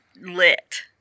lit